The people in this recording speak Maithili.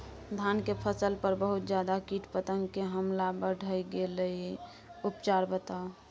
धान के फसल पर बहुत ज्यादा कीट पतंग के हमला बईढ़ गेलईय उपचार बताउ?